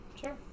Sure